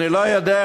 ואני לא יודע,